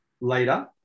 later